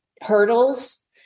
hurdles